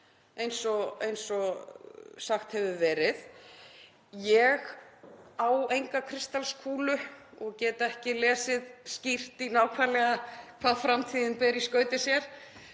eins og sagt hefur verið. Ég á enga kristalskúlu og get ekki lesið skýrt í það nákvæmlega hvað framtíðin ber í skauti sér.